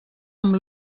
amb